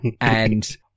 and-